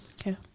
Okay